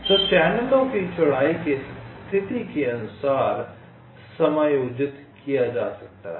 तो चैनलों की चौड़ाई को स्थिति के अनुसार समायोजित किया जा सकता है